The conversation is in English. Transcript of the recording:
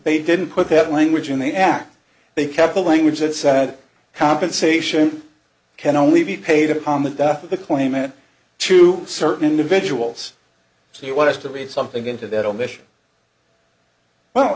they didn't put that language in the act they kept the language that said compensation can only be paid upon the death of the claimant to certain individuals so you want to read something into that